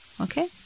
Okay